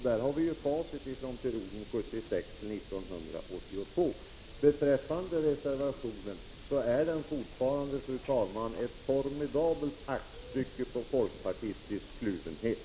Där har vi ju facit från perioden 1976-1982. Beträffande reservationen hävdar jag fortfarande, fru talman, att den är ett formidabelt exempel på folkpartistisk kluvenhet.